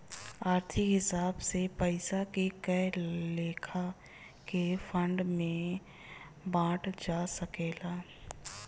आर्थिक हिसाब से पइसा के कए लेखा के फंड में बांटल जा सकेला